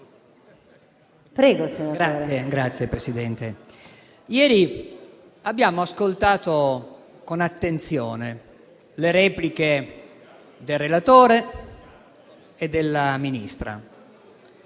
Signora Presidente, ieri abbiamo ascoltato con attenzione le repliche del relatore e della Ministra.